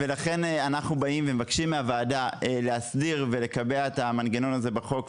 אנחנו באים ומבקשים מהוועדה להסדיר ולקבע את המנגנון הזה בחוק,